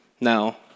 now